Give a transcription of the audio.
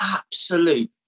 absolute